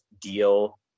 deal